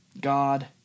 God